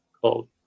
called